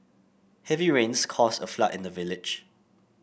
heavy rains caused a flood in the village